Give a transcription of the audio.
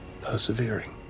persevering